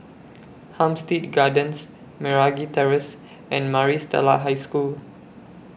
Hampstead Gardens Meragi Terrace and Maris Stella High School